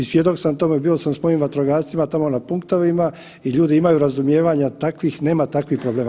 I svjedok sam tome, bio sam sa mojim vatrogascima tamo na punktovima i ljudi imaju razumijevanja, takvih nema takvih problema.